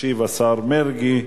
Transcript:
ישיב השר מרגי,